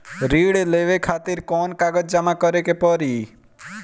ऋण लेवे खातिर कौन कागज जमा करे के पड़ी?